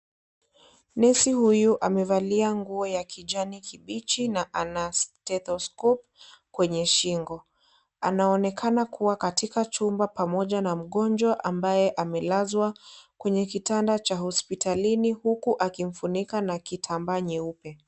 Nesi huyu amevalia nguo ya kijani kibichi na ana stetoskopu kwenye shingo anaonekana kuwa katika chumba pamoja na mgonjwa ambaye amelazwa kwenye kitanda cha hospitalini huku akimfunika na kitambaa nyeupe.